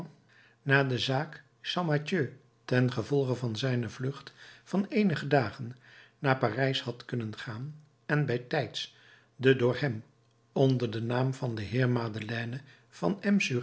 na de zaak champmathieu ten gevolge van zijne vlucht van eenige dagen naar parijs had kunnen gaan en bijtijds de door hem onder den naam van den heer madeleine van